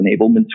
enablement